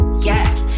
Yes